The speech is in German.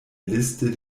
liste